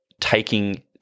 taking